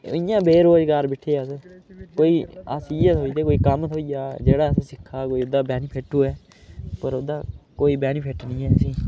इ'यां बेरोज़गार बैठे दे अस कोई अस इ'यै सोचदे कोई कम्म थ्होई जा जेह्ड़ा असें सिक्खा दा कोई जेह्ड़ा कोई ओह्दा बैनिफिट होऐ पर ओह्दा कोई बैनिफिट नी ऐ असेंगी